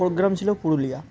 programme ছিল পুরুলিয়া